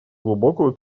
глубокую